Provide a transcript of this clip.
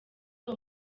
uwo